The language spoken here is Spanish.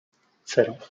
cero